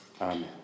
Amen